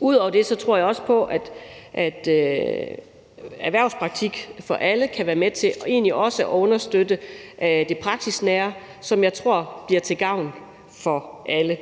Ud over det kan en erhvervspraktik for alle også være med til at understøtte det praksisnære, som jeg tror bliver til gavn for alle,